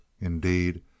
Indeed